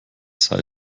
sei